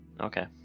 okay